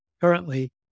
currently